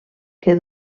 que